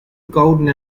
golden